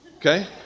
Okay